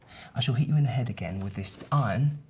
i shall hit you in the head again with this iron,